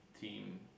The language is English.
team